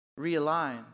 realign